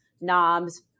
knobs